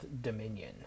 dominion